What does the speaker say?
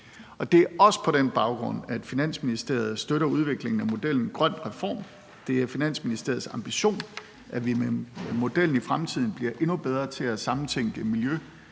Det er også på den baggrund, at Finansministeriet støtter udviklingen af modellen GrønREFORM. Det er Finansministeriets ambition, at vi med modellen i fremtiden bliver endnu bedre til at sammentænke miljø-